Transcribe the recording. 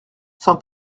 s’en